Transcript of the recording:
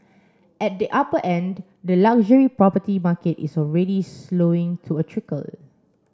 at the upper end the luxury property market is already slowing to a trickle